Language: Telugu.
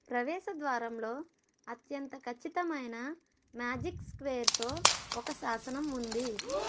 ప్రవేశద్వారంలో అత్యంత ఖచ్చితమైన మ్యాజిక్ స్క్వేర్తో ఒక శాసనం ఉంది